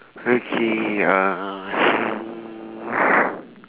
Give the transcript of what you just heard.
okay uh